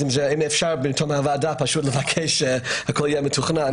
אז אם אפשר, ברשות הוועדה, לבקש שהכל יהיה מתוכנן.